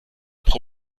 pro